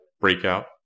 Breakout